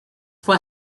fue